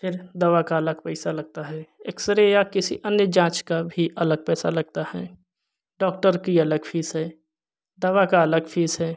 फिर दवा का अलग पैसा लगता है एक्स रे या किसी अन्य जाँच का भी अलग पैसा लगता है डॉक्टर की अलग फीस है दवा का अलग फीस है